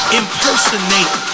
impersonate